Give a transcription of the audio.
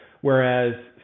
whereas